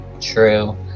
True